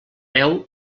veu